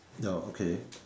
ya okay